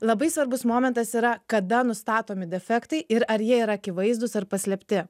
labai svarbus momentas yra kada nustatomi defektai ir ar jie yra akivaizdūs ar paslėpti